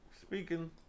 speaking